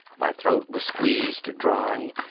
my throat was squeezed dry.